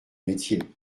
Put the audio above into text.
métier